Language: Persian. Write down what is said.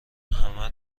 همه